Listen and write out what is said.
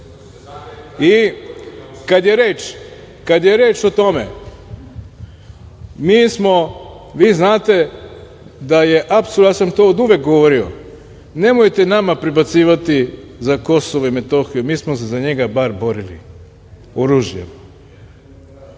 i kada je reč o tome mi smo, vi znate da je apsurd, ja sam to oduvek govorio nemojte nama prebacivati za Kosovo i Metohiju mi smo se za njega bar borili oružjem,